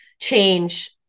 change